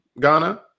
Ghana